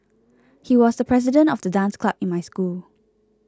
he was the president of the dance club in my school